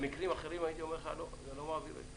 במקרים אחרים הייתי אומר לך שאני לא מעביר את זה.